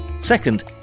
Second